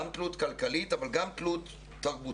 גם תלות כלכלית אבל גם תלות תרבותית.